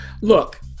Look